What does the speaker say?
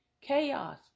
chaos